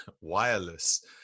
wireless